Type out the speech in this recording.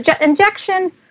injection